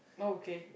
oh okay